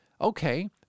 Okay